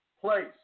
place